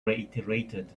reiterated